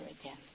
again